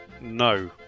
No